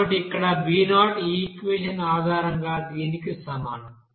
కాబట్టి ఇక్కడ b0 ఈ ఈక్వెషన్ ఆధారంగా దీనికి సమానం